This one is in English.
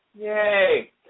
Yay